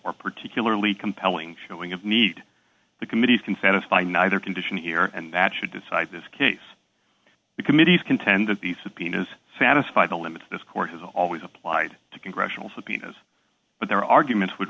or particularly compelling showing of need the committees can satisfy neither condition here and that should decide this case the committees contend that these subpoenas satisfy the limits this court has always applied to congressional subpoenas but their arguments w